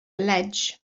ledge